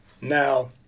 now